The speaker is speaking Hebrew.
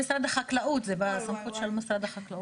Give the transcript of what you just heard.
זה בסמכות משרד החקלאות.